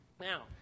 Now